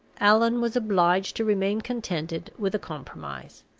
allan was obliged to remain contented with a compromise.